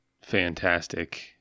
fantastic